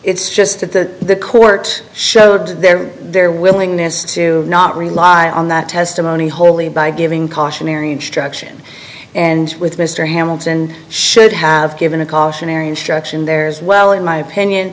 it's just that the court showed their their willingness to not rely on that testimony wholly by giving cautionary instruction and with mr hamilton should have given a cautionary instruction there's well in my opinion